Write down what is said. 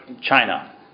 China